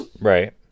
right